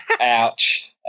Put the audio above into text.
Ouch